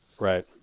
Right